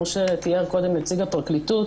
כמו שתיאר קודם נציג הפרקליטות,